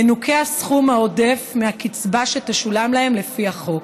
ינוכה הסכום העודף מקצבה שתשולם להם לפי החוק.